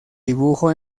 dibujo